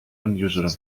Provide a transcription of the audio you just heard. unusual